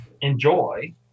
enjoy